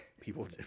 People